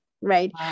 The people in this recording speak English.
right